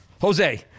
Jose